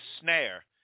snare